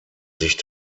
sich